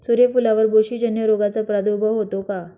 सूर्यफुलावर बुरशीजन्य रोगाचा प्रादुर्भाव होतो का?